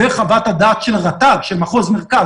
וחוות הדעת של הרט"ג של מחוז מרכז,